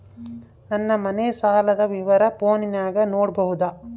ನನ್ನ ಮನೆ ಸಾಲದ ವಿವರ ಫೋನಿನಾಗ ನೋಡಬೊದ?